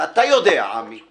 ואתה יודע, עמי,